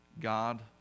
God